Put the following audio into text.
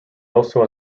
also